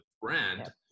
brand